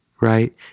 right